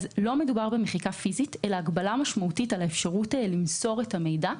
לא מדובר במחיקה פיזית אלא הגבלה משמעותית על האפשרות למסור את המידע.